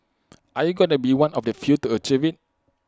are you gonna be one of the few to achieve IT